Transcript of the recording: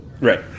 Right